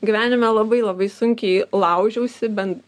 gyvenime labai labai sunkiai laužiausi ben